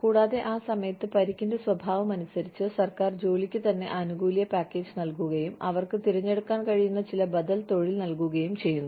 കൂടാതെ ആ സമയത്ത് പരിക്കിന്റെ സ്വഭാവമനുസരിച്ച് സർക്കാർ ജോലിക്ക് തന്നെ ആനുകൂല്യ പാക്കേജ് നൽകുകയും അവർക്ക് തിരഞ്ഞെടുക്കാൻ കഴിയുന്ന ചില ബദൽ തൊഴിൽ നൽകുകയും ചെയ്യുന്നു